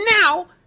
now